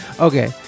okay